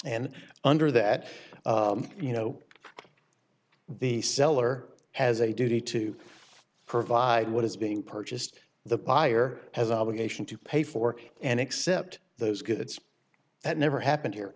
and under that you know the seller has a duty to provide what is being purchased the buyer has an obligation to pay for and accept those goods that never happened here